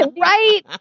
right